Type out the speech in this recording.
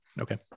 Okay